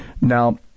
Now